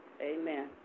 Amen